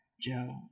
Joe